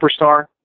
superstar